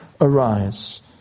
Arise